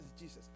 Jesus